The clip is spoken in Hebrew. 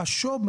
השו"ב,